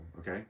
okay